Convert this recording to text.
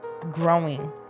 growing